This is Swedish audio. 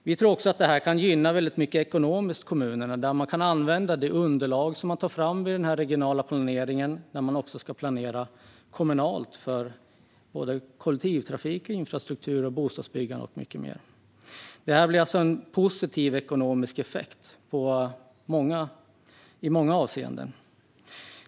Vi tror också att det kan gynna kommunerna mycket ekonomiskt att de kan använda de underlag som man tar fram i den regionala planeringen när de ska planera lokalt för kollektivtrafik, infrastruktur, bostadsbyggande och mycket mer. Det blir alltså en positiv ekonomisk effekt i många avseenden.